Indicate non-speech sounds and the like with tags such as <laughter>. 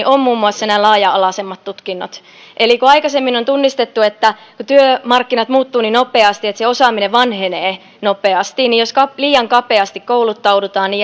<unintelligible> on muun muassa nämä laaja alaisemmat tutkinnot eli kun aikaisemmin on tunnistettu kun työmarkkinat muuttuvat niin nopeasti että se osaaminen vanhenee nopeasti niin jos liian kapeasti kouluttaudutaan <unintelligible>